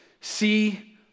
see